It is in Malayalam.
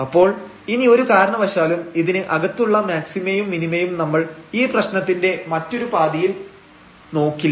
അപ്പോൾ ഇനി ഒരു കാരണവശാലും ഇതിന് അകത്തുള്ള മാക്സിമയും മിനിമയും നമ്മൾ ഈപ്രശ്നത്തിന്റെ മറ്റൊരു പാതിയിൽ നോക്കില്ല